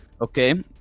Okay